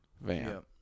van